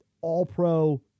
all-pro